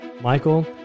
Michael